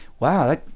Wow